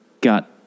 got